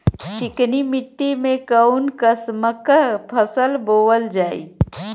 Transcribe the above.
चिकनी मिट्टी में कऊन कसमक फसल बोवल जाई?